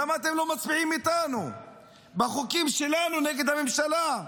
למה אתם לא מצביעים איתנו בחוקים שלנו נגד הממשלה?